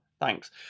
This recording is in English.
thanks